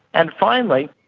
and finally,